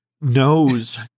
knows